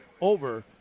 over